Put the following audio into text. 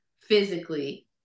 physically